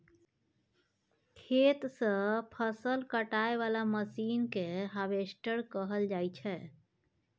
खेत सँ फसल काटय बला मशीन केँ हार्वेस्टर कहल जाइ छै